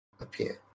appear